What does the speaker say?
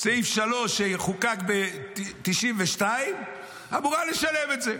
סעיף 3 שחוקק ב-1992 היא אמורה לשלם את זה,